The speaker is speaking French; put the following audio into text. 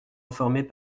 informés